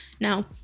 now